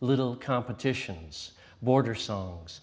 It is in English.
little competitions border songs